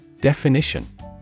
Definition